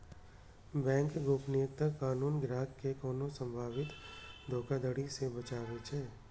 bank गोपनीयता कानून ग्राहक कें कोनो संभावित धोखाधड़ी सं बचाबै छै